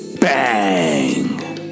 Bang